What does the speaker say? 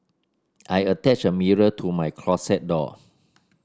I attached a mirror to my closet door